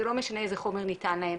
זה לא משנה איזה חומר ניתן להם,